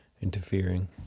interfering